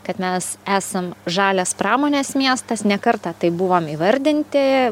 kad mes esam žalias pramonės miestas ne kartą taip buvom įvardinti